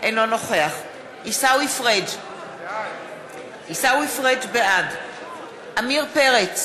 אינו נוכח עיסאווי פריג' בעד עמיר פרץ,